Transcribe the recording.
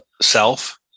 self